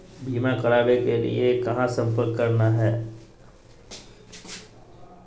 बीमा करावे के लिए कहा संपर्क करना है?